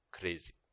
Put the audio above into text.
crazy